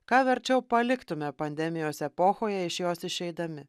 ką verčiau paliktume pandemijos epochoje iš jos išeidami